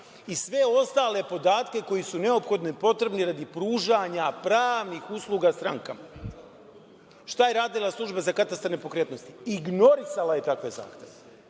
i sve ostale podatke koji su neophodni i potrebni radi pružanja pravni usluga strankama. Šta je radila Služba za katastar nepokretnosti? Ignorisala je takve zahteve,